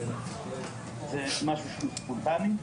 זה משהו שהוא ספונטני.